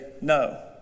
no